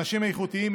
אנשים איכותיים,